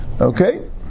Okay